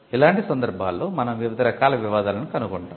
ఇలాంటి సందర్భాల్లో మనం వివిధ రకాల వివాదాలను కనుగొంటాo